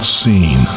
seen